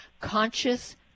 conscious